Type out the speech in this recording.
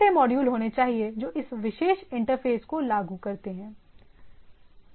ऐसे मॉड्यूल होने चाहिए जो इस विशेष इंटरफ़ेस को लागू करते हैं